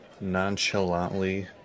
nonchalantly